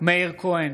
מאיר כהן,